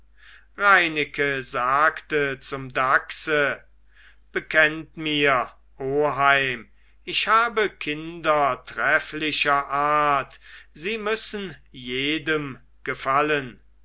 reineke sagte zum dachse bekennt mir oheim ich habe kinder trefflicher art sie müssen jedem gefallen